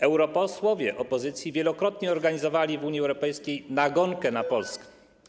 Europosłowie opozycji wielokrotnie organizowali w Unii Europejskiej nagonkę na Polskę.